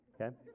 okay